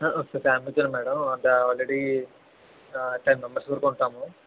madam ఒక already ఒక ten members వరకు ఉంటాము